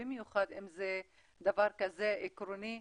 במיוחד אם זה דבר כזה עקרוני,